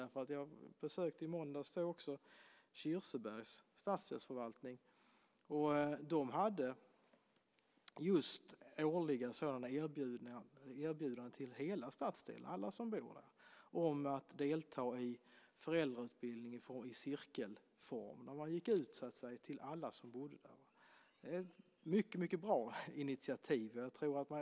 I måndags besökte jag Kirsebergs stadsdelsförvaltning. De hade årliga erbjudanden till hela stadsdelen - alla som bor där - att delta i föräldrautbildning i cirkelform. Man gick ut med detta till alla som bor där. Det är ett mycket bra initiativ.